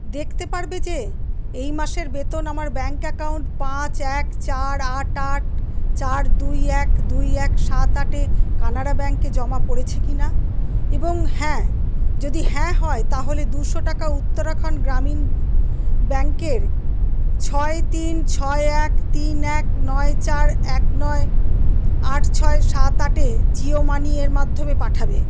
দেখতে পারবে যে এই মাসের বেতন আমার ব্যাঙ্ক অ্যাকাউন্ট পাঁচ এক চার আট আট চার দুই এক দুই এক সাত আট এ কানাড়া ব্যাঙ্কে জমা পড়েছে কিনা এবং হ্যাঁ যদি হ্যাঁ হয় তাহলে দুশো টাকা উত্তরাখণ্ড গ্রামীণ ব্যাঙ্কের ছয় তিন ছয় এক তিন এক নয় চার এক নয় আট ছয় সাত আটে জিও মানি এর মাধ্যমে পাঠাবে